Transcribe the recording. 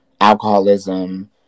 alcoholism